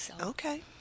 Okay